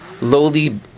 lowly